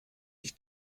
ich